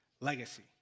legacy